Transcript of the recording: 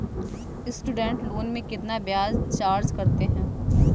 Student loan में कितना ब्याज चार्ज करते हैं?